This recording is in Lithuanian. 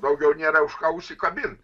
daugiau nėra už ką užsikabint